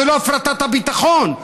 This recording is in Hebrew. זה לא הפרטת הביטחון,